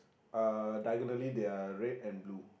uh diagonally they are red and blue